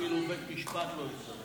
אפילו בית משפט לא יתערב.